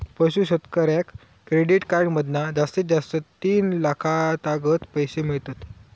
पशू शेतकऱ्याक credit card मधना जास्तीत जास्त तीन लाखातागत पैशे मिळतत